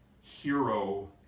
hero